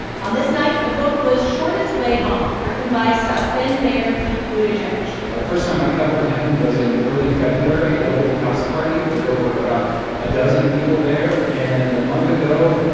on this night, the book was shortest way home, written by south bend mayor pete buttigieg first time i covered him was in early february at a little house party, where there were about a dozen people there. and a month ago,